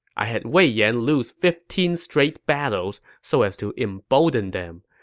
i had wei yan lose fifteen straight battles so as to embolden them.